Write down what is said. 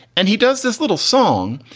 and he does this little song.